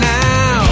now